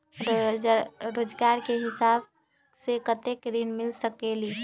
रोजगार के हिसाब से कतेक ऋण मिल सकेलि?